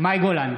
מאי גולן,